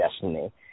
destiny